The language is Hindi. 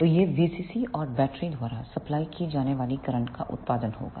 तो यह VCC और बैटरी द्वारा सप्लाई की जाने वाली करंट का उत्पाद होगा